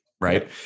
Right